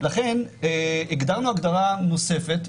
הגדרנו הגדרה נוספת,